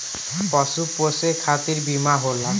पशु पोसे खतिर बीमा होला